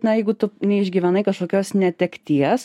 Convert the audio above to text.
na jeigu tu neišgyvenai kažkokios netekties